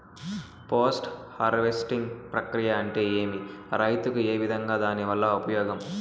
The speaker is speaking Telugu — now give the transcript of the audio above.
పోస్ట్ హార్వెస్టింగ్ ప్రక్రియ అంటే ఏమి? రైతుకు ఏ విధంగా దాని వల్ల ఉపయోగం?